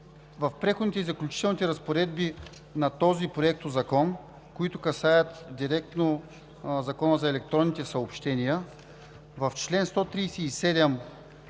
в Преходните и заключителните разпоредби на този законопроект, които касаят директно Закона за електронните съобщения – в чл. 137,